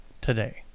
today